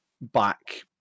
back